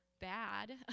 bad